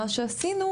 מה שעשינו,